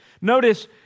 notice